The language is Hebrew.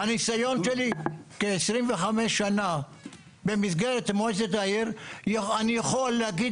הניסיון שלי כ-25 שנה במסגרת מועצת העיר אני יכול להגיד